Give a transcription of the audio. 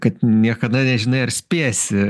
kad niekada nežinai ar spėsi